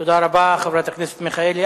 תודה רבה, חברת הכנסת מיכאלי.